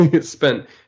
spent